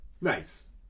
Nice